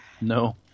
No